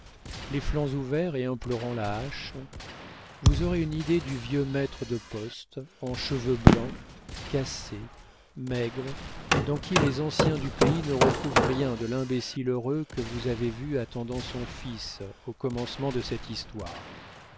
les flancs ouverts et implorant la hache vous aurez une idée du vieux maître de poste en cheveux blancs cassé maigre dans qui les anciens du pays ne retrouvent rien de l'imbécile heureux que vous avez vu attendant son fils au commencement de cette histoire